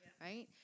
right